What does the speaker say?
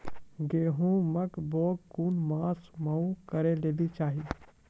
गेहूँमक बौग कून मांस मअ करै लेली चाही?